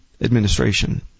administration